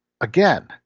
again